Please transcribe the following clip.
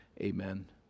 Amen